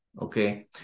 okay